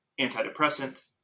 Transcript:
antidepressant